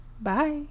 Bye